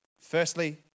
firstly